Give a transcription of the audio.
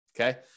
okay